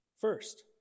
First